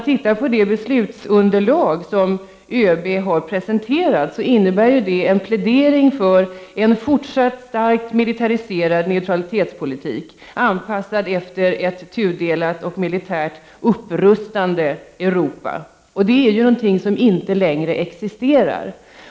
ÖB:s beslutsunderlag innebär en plädering för fortsatt starkt militariserad neutralitetspolitik anpassad efter ett tudelat och militärt upprustande Europa. Detta är någonting som inte längre existerar.